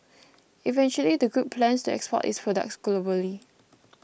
eventually the group plans to export its products globally